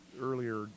earlier